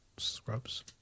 Scrubs